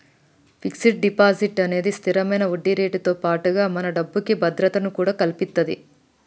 fixed deposit అనేది స్తిరమైన వడ్డీరేటుతో పాటుగా మన డబ్బుకి భద్రతను కూడా కల్పిత్తది